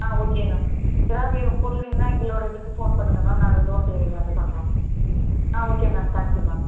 ஆ okay ma'am ஏதாவது வே பொருள் வேணும்ன்னா எங்களோட இதுக்கு ஃபோன் பண்ணுங்கள் மேம் நாங்கள் டோர் டெலிவரி வந்து பண்ணுறோம் ஆ okay ma'am thank you ma'am